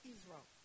Israel